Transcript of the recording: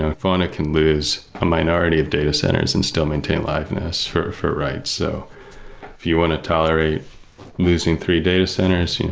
ah fauna can lose a minority of the data centers and still maintain liveness for for write. so if you want to tolerate losing three data centers, you know